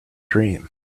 dream